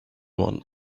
want